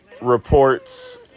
Reports